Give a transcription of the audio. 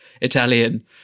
Italian